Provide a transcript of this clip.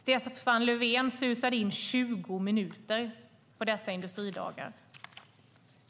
Stefan Löfven susade in 20 minuter på dessa industridagar.